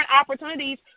opportunities